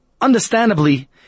understandably